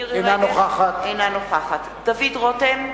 אינה נוכחת דוד רותם,